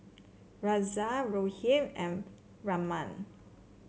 Razia Rohit and Raman